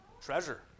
Treasure